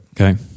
Okay